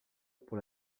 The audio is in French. pour